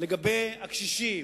לגבי הקשישים.